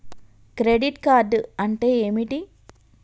Credit card అంటే ఏమిటి?